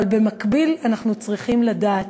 אבל במקביל אנחנו צריכים לדעת